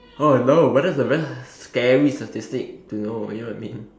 oh no but that's a very scary statistic to know you know what I mean